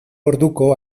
orduko